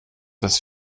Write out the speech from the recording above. das